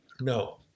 No